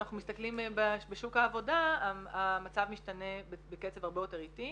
כשאנחנו מסתכלים בשוק העבודה המצב משתנה בקצב הרבה יותר איטי.